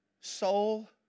Soul